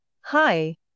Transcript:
hi